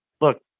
Look